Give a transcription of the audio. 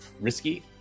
risky